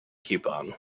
coupon